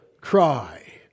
cry